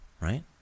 Right